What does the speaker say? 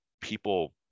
people